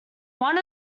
one